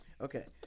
okay